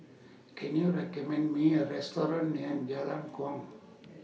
Can YOU recommend Me A Restaurant near Jalan Kuang